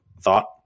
thought